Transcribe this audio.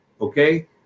okay